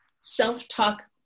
self-talk